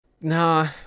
nah